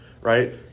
right